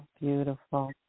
Beautiful